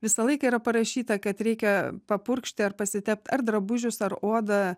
visą laiką yra parašyta kad reikia papurkšti ar pasitept ar drabužius ar odą